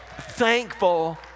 Thankful